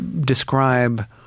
describe